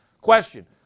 Question